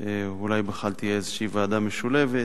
אולי בכלל תהיה איזו ועדה משולבת.